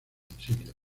utensilios